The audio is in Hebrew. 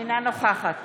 אינה נוכחת